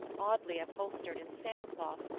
oddly upholstered in sailcloth,